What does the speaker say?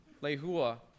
Lehua